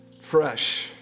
Fresh